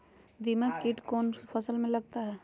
दीमक किट कौन कौन फसल में लगता है?